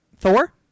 Thor